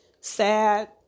sad